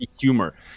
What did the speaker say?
humor